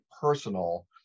personal